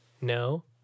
No